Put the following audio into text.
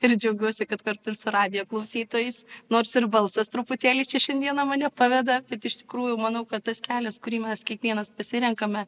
ir džiaugiuosi kad kartu su radijo klausytojais nors ir balsas truputėlį čia šiandieną mane paveda bet iš tikrųjų manau kad tas kelias kurį mes kiekvienas pasirenkame